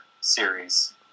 series